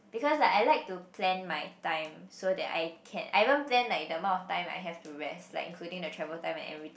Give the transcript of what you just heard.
because I I like to plan my time so that I can I even plan like the amount of time I have to rest like including the travel time and everything